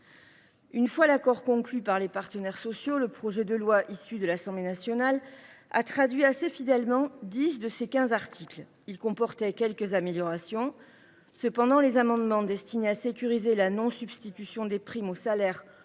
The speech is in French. Une fois l’accord conclu par les partenaires sociaux, le projet de loi issu des travaux de l’Assemblée nationale traduisait assez fidèlement dix de ses quinze articles. Il comportait quelques améliorations. Néanmoins, les amendements visant à sécuriser la non substitution des primes aux salaires